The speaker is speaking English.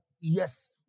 Yes